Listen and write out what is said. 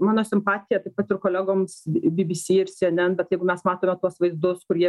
mano simpatija taip pat ir kolegoms bbc ir cnn bet jeigu mes matome tuos vaizdus kur jie